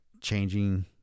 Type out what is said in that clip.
changing